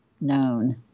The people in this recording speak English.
known